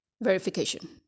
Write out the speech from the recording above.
verification